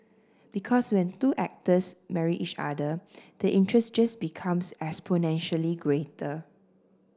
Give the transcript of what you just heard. because when two actors marry each other the interest just becomes exponentially greater